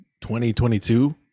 2022